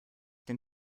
den